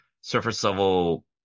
surface-level